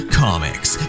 comics